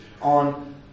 on